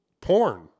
Porn